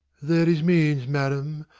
there is means, madam.